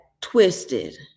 twisted